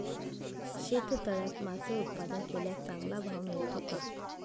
शेततळ्यात मासे उत्पादन केल्यास चांगला भाव मिळतो का?